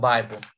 Bible